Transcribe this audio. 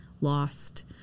lost